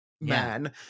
man